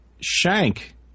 Shank